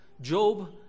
Job